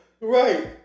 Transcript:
Right